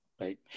right